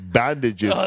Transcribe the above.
bandages